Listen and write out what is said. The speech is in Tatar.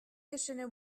кешене